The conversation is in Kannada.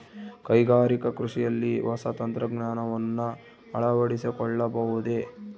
ಕೈಗಾರಿಕಾ ಕೃಷಿಯಲ್ಲಿ ಹೊಸ ತಂತ್ರಜ್ಞಾನವನ್ನ ಅಳವಡಿಸಿಕೊಳ್ಳಬಹುದೇ?